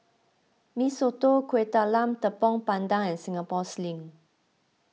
Mee Soto Kuih Talam Tepong Pandan and Singapore Sling